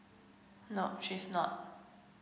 nope she's not